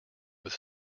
with